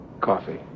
Coffee